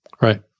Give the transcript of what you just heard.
Right